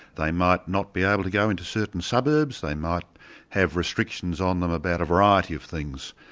they might not be able to go into certain suburbs, they might have restrictions on them about a variety of things,